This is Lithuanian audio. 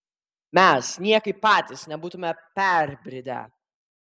mes niekaip patys nebūtume perbridę